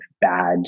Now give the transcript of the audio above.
bad